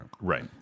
Right